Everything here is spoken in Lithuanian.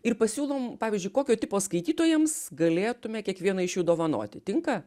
ir pasiūlom pavyzdžiui kokio tipo skaitytojams galėtume kiekvieną iš jų dovanoti tinka